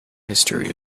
history